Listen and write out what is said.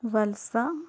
വത്സ